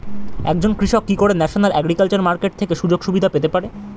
একজন কৃষক কি করে ন্যাশনাল এগ্রিকালচার মার্কেট থেকে সুযোগ সুবিধা পেতে পারে?